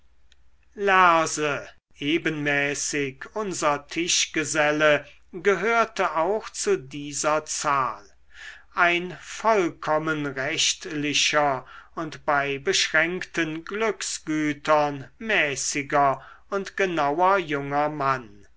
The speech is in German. lerse ebenmäßig unser tischgeselle gehörte auch zu dieser zahl ein vollkommen rechtlicher und bei beschränkten glücksgütern mäßiger und genauer junger mann